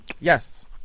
Yes